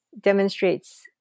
demonstrates